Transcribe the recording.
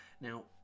Now